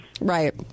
Right